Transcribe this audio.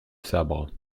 sabres